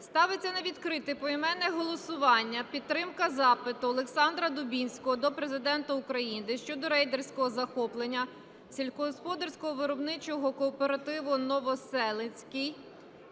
Ставиться на відкрите поіменне голосування підтримка запиту Олександра Дубінського до Президента України щодо рейдерського захоплення сільськогосподарського виробничого кооперативу "Новоселицький"